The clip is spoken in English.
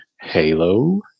Halo